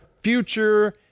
future